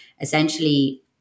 essentially